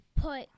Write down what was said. put